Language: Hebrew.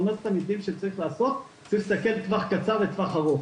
צריך להסתכל לטווח קצר ולטווח ארוך.